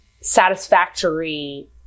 satisfactory